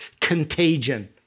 contagion